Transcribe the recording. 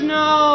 no